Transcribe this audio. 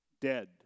dead